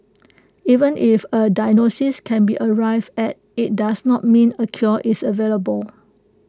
even if A diagnosis can be arrived at IT does not mean A cure is available